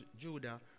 Judah